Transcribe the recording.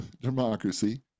democracy